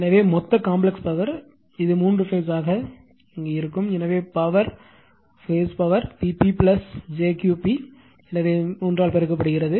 எனவே power base power P p jQ p எனவே 3 பெருக்கப்படுகிறது